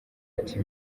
ati